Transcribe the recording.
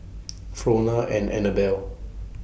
Frona and Annabelle